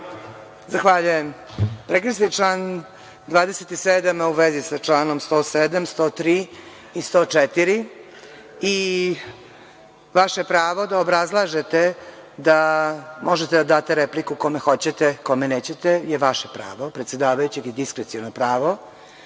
Zahvaljujem. Rekli ste član 27. a u vezi sa članom 107, 103 i 104. i vaše pravo da obrazlažete da možete da date repliku kome hoćete, kome nećete je vaše pravo predsedavajućeg i diskreciono pravo,